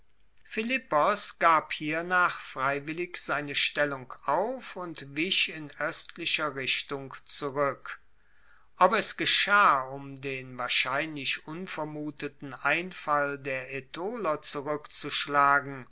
philippos gab hiernach freiwillig seine stellung auf und wich in oestlicher richtung zurueck ob es geschah um den wahrscheinlich unvermuteten einfall der aetoler zurueckzuschlagen